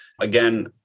Again